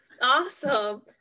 Awesome